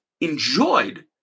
enjoyed